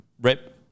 rep